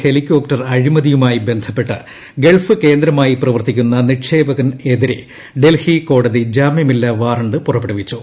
helicopter അഴിമതിയു മായി ബന്ധപ്പെട്ട് ഗൾഫ് കേന്ദ്രമായി പ്രവർത്തിക്കുന്ന നിക്ഷേപകനെ തിരെ ഡൽഹി കോടതി ജാമ്യമില്ലാ വാറണ്ട് പുറപ്പെടുവിച്ചു